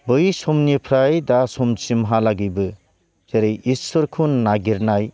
बै समनिफ्राय दा समसिमहालागिबो जेरै इसोरखौ नागिरनाय